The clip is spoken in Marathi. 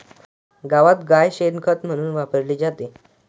गावात गाय शेण खत म्हणून वापरली जाते